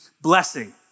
blessing